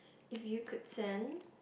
if you could send